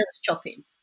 chopping